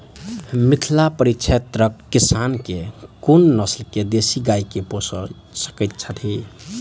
मिथिला परिक्षेत्रक किसान केँ कुन नस्ल केँ देसी गाय केँ पोइस सकैत छैथि?